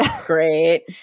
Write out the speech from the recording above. Great